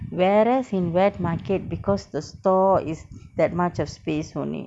whereas in wet market because the store is that much a space only